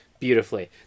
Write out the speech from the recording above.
beautifully